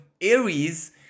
Aries